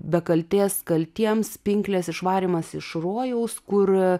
be kaltės kaltiems pinklės išvarymas iš rojaus kur